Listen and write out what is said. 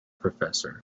professor